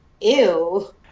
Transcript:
ew